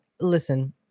listen